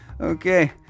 okay